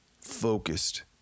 focused